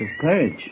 courage